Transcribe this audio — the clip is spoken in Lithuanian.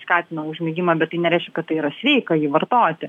skatina užmigimą bet tai nereiškia kad tai yra sveika jį vartoti